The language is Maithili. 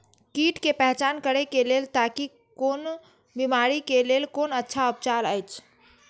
कीट के पहचान करे के लेल ताकि कोन बिमारी के लेल कोन अच्छा उपचार अछि?